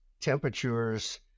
temperatures